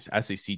SEC